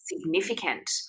significant